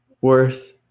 worth